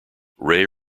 ray